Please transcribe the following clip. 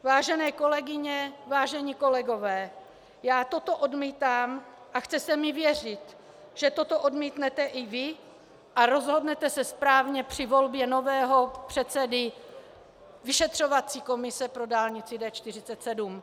Vážené kolegyně, vážení kolegové, já toto odmítám a chce se mi věřit, že toto odmítnete i vy a rozhodnete se správně při volbě nového předsedy vyšetřovací komise pro dálnici D47.